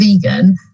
vegan